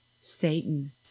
Satan